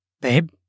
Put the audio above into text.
Babe